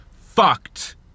fucked